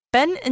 Ben